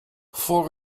voor